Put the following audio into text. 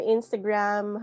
Instagram